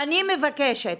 אני מבקשת,